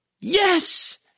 yes